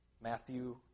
Matthew